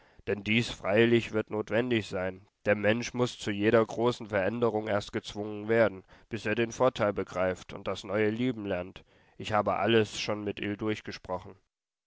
denn dies freilich wird notwendig sein der mensch muß zu jeder großen veränderung erst gezwungen werden bis er den vorteil begreift und das neue lieben lernt ich habe alles schon mit ill durchgesprochen